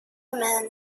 men